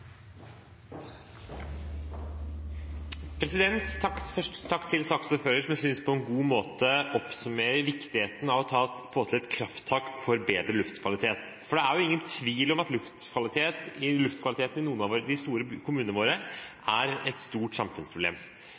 til saksordføreren, som jeg synes på en god måte oppsummerer viktigheten av å få til et krafttak for bedre luftkvalitet. Det er ingen tvil om at luftkvaliteten i noen av de store kommunene våre er et stort samfunnsproblem.